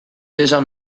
esan